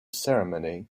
ceremony